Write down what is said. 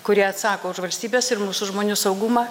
kurie atsako už valstybės ir mūsų žmonių saugumą